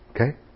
Okay